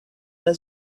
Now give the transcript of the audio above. from